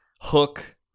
Hook